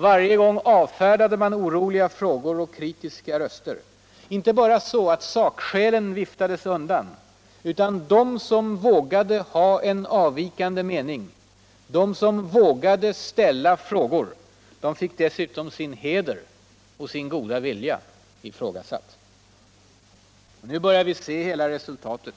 Varje gång avfärdade man oroliga frågor och kritiska röster. Inte bara så att sakskiälen viftades undan, utan de som vågade ha en avvikande uppfattning, de som vågade ställa frågor. fick dessutom sin heder och sin goda vilja ifrågasutt. Nu börjar vi se hela resultatet.